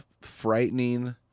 frightening